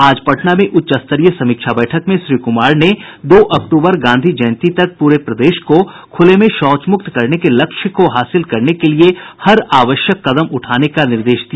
आज पटना में उच्चस्तरीय समीक्षा बैठक में श्री कुमार ने दो अक्टूबर गांधी जयंती तक प्रे प्रदेश को खुले में शौच मुक्त करने के लक्ष्य को हासिल करने के लिए हर आवश्यक कदम उठाने का निर्देश दिया